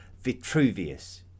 Vitruvius